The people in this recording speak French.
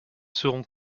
seront